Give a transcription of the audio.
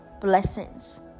blessings